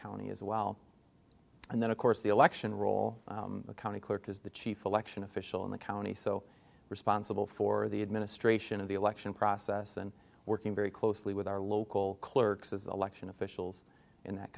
county as well and then of course the election roll the county clerk is the chief election official in the county so responsible for the administration of the election process and working very closely with our local clerks as election officials in that